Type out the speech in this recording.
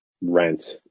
rent